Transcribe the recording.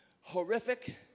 horrific